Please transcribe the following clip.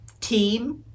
team